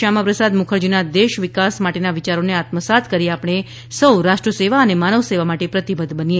શ્યામાપ્રસાદ મુખર્જીના દેશ વિકાસ માટેના વિયારોને આત્મસાત કરી આપણે સૌ રાષ્ટ્રસેવા અને માનવસેવા માટે પ્રતિબદ્ધ બનીએ